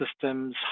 systems